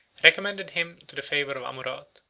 recommended him to the favor of amurath,